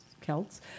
Celts